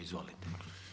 Izvolite.